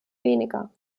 weniger